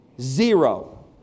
Zero